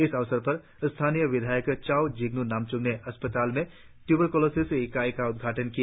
इस अवसर पर स्थानीय विधायक चाउ जिंगन् नामच्म ने अस्पताल में ट्यूबरक्लोसिस इकाई का उद्घाटन किया